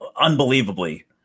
unbelievably